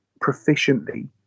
proficiently